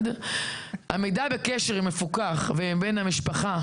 (1)עמידה בקשר עם מפוקח ועם בן המשפחה